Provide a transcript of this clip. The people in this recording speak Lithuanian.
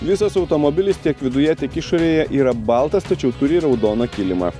visas automobilis tiek viduje tiek išorėje yra baltas tačiau turi raudoną kilimą